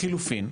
לחילופין,